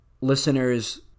listeners